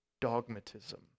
dogmatism